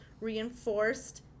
Reinforced